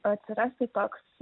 atsirasti toks